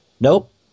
Nope